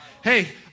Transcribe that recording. Hey